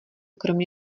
kromě